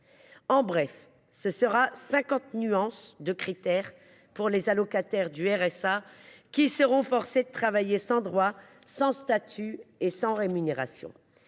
En bref, il y aura cinquante nuances de critères pour les allocataires du RSA, qui seront forcés de travailler sans droits, sans statut et sans rémunération.